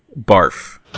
barf